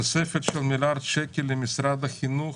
תוספת של מיליארד שקלים למשרד החינוך,